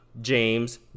James